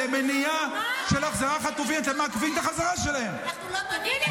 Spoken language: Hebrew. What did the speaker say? -- מנצלים את הכאב שלהם כדי לזכות בעוד מניה פוליטית.